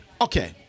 Okay